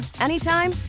anytime